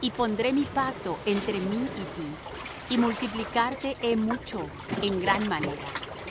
y pondré mi pacto entre mí y ti y multiplicarte he mucho en gran manera